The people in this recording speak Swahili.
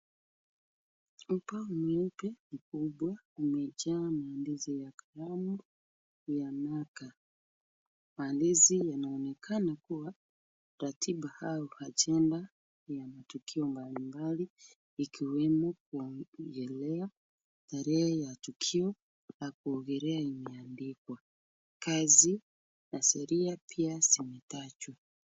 Ubao mweupe mkubwa umejaa maandishi ya kalamu ya marker . Maandishi yanaonekana kuwa ratiba au ajenda ya matukio mbalimbali ikiwemo kuogelea, tarehe ya tukio na kuogelea imeandikwa. Kazi na sheria pia zimetajwa.